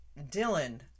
Dylan